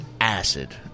acid